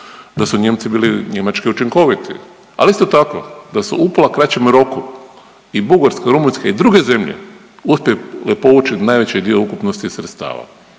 da su Nijemci bili Njemačke učinkoviti. Ali isto tako da su u upola kraćem roku i Bugarska i Rumunjska i druge zemlje uspjele povući najveći dio ukupnosti i sredstava